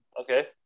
okay